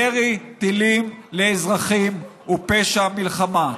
ירי טילים על אזרחים הוא פשע מלחמה.